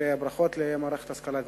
וברכות למערכת ההשכלה הגבוהה.